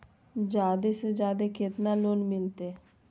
जादे से जादे कितना लोन मिलते?